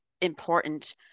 important